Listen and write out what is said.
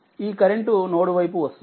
ఈ current node వైపు వస్తుంది